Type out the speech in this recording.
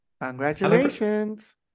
Congratulations